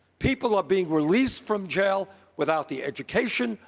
people are being released from jail without the education,